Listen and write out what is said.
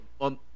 on